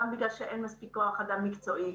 גם בגלל שאין מספיק כוח אדם מקצועי,